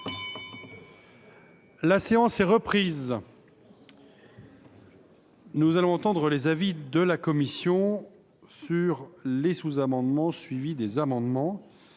La séance est reprise. Nous allons entendre les avis de la commission sur les sous amendements à l’amendement